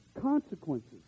consequences